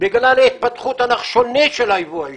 בגלל ההתפתחות הנחשונית של היבוא האישי.